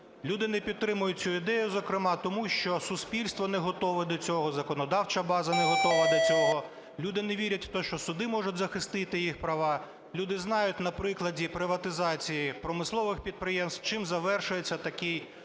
Люди не підтримують цю ідею, зокрема, тому що суспільство не готове до цього, законодавча база не готова до цього. Люди не вірять у те, що суди можуть захистити їх права. Люди знають на прикладі приватизації промислових підприємств, чим завершується такі дії, які